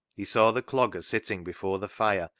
he saw the clogger sitting before the fire,